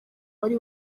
wari